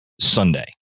Sunday